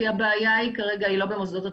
כי הבעיה כרגע היא לא במוסדות התכנון.